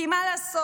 כי מה לעשות?